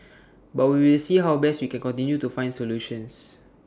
but we will see how best we can continue to find solutions